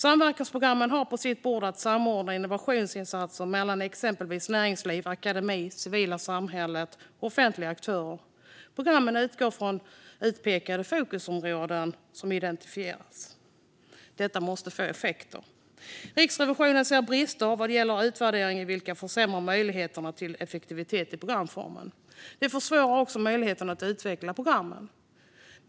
Samverkansprogrammen har på sitt bord att samordna innovationsinsatser mellan exempelvis näringsliv, akademi, civilsamhälle och offentliga aktörer. Programmen utgår från utpekade fokusområden som identifierats. Detta måste få effekter. Riksrevisionen ser brister vad gäller utvärdering, vilket försämrar möjligheterna till effektivitet i programformen. Det försvårar också möjligheterna att utveckla programmen.